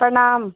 प्रणाम